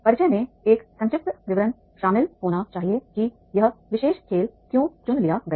परिचय में एक संक्षिप्त विवरण शामिल होना चाहिए कि यह विशेष खेल क्यों चुन लिया गया